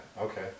okay